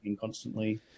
constantly